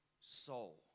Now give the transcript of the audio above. soul